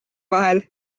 vahel